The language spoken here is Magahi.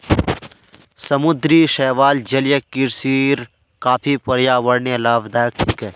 समुद्री शैवाल जलीय कृषिर काफी पर्यावरणीय लाभदायक छिके